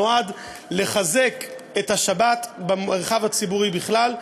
נועד לחזק את השבת במרחב הציבורי בכלל,